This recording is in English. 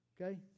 Okay